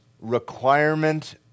requirement